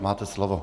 Máte slovo.